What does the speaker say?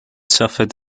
suffered